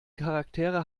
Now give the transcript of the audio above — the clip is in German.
charaktere